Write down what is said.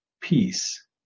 peace